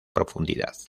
profundidad